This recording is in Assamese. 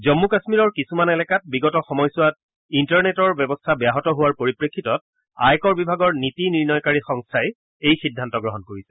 জম্মু কাম্মীৰৰ কিছুমান এলেকাত বিগত সময়ছোৱাত ইণ্টাৰনেটৰ ব্যৱস্থা ব্যাহত হোৱাৰ পৰিপ্ৰেক্ষিতত আয়কৰ বিভাগৰ নীতি নিৰ্ণয়কাৰী সংস্বাই এই সিদ্ধান্ত গ্ৰহণ কৰিছে